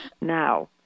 Now